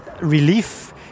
relief